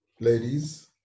ladies